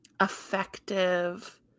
Effective